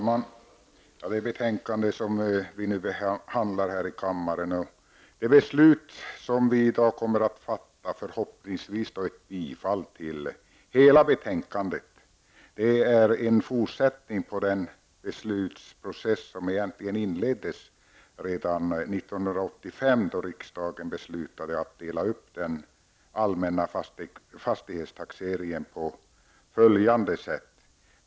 Herr talman! Det betänkande som vi behandlar här i kammaren och det beslut som vi i dag kommer att fatta -- förhoppningsvis ett bifall till utskottets hemställan i dess helhet -- är en fortsättning på den beslutsprocess som egentligen inleddes redan 1985, då riksdagen beslutade att dela upp den allmänna fastighetstaxeringen på följande sätt.